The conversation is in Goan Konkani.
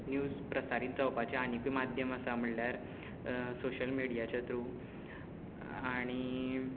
निव्ज प्रसारीत जावपाची आनिकूय माध्यम आसा म्हणल्यार सोशल मिडियाच्या थ्रू आनी